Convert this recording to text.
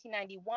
1991